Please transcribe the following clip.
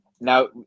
Now